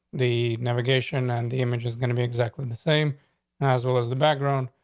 the navigation and the image is going to be exactly and the same as well as the background.